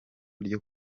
ryo